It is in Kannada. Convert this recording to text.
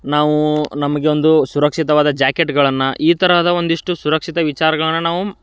ನಾವು ನಮಗೆ ಒಂದು ಸುರಕ್ಷಿತವಾದ ಜಾಕೆಟ್ಗಳನ್ನು ಈ ತರಹದ ಒಂದಿಷ್ಟು ಸುರಕ್ಷಿತ ವಿಚಾರಗಳನ್ನ ನಾವು